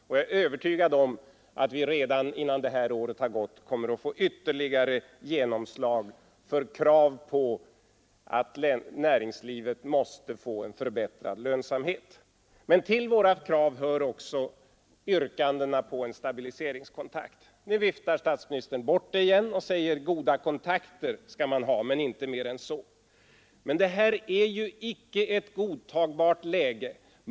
Jag är övertygad om att vi innan detta år har gått kommer att få ytterligare genomslag för kraven på att näringslivet måste få en förbättrad lönsamhet. Men till våra krav hör också yrkandet om en stabiliseringskonferens Nu viftar statsministern bort det igen och säger: Goda kontakter skall man ha, men inte mer än så. Men detta är ju inte ett godtagbart läge.